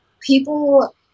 people